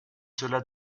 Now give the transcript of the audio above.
cela